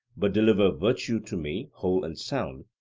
but deliver virtue to me whole and sound,